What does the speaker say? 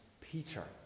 Peter